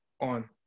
on